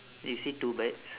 you see two birds